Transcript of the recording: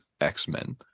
X-Men